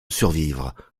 survivre